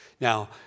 Now